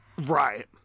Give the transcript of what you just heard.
right